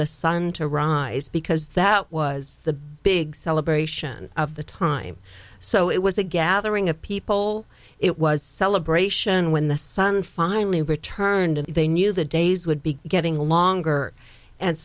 the sun to rise because that was the big celebration of the time so it was a gathering of people it was a celebration when the sun finally returned and they knew the days would be getting longer and